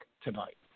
tonight